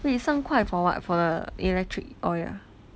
wait 三块 for what for the electric oil ah